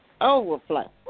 overflow